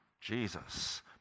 Jesus